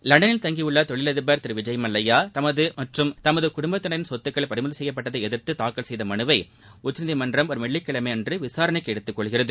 லண்டனில் தங்கியுள்ள தொழிலதிபர் திரு விஜய் மல்லையா தமது மற்றும் தமது குடும்பத்தினரின் சொத்துக்கள் பறிமுதல் செப்யப்பட்டதை எதிர்த்து தாக்கல் செய்த மலுவை உச்சநீதிமன்றம் வரும் வெள்ளிக்கிழமை விசாரணைக்கு எடுத்துக் கொள்கிறது